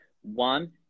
One